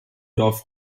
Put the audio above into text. dorf